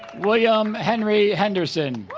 william henry henderson